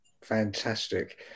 Fantastic